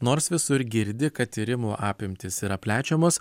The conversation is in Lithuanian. nors visur girdi kad tyrimų apimtys yra plečiamos